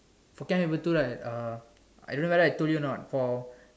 for chem paper two right uh I don't know whether I told you not for